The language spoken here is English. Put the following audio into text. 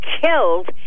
killed